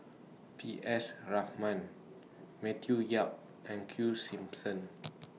P S Raman Matthew Yap and Q Simmons